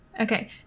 Okay